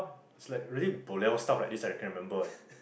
it's like really boliao stuff like this I can remember one